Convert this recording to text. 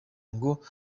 ngo